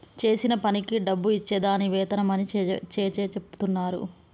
చేసిన పనికి డబ్బు ఇచ్చే దాన్ని వేతనం అని చెచెప్తున్నరు